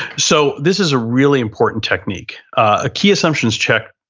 so this is a really important technique, a key assumptions check.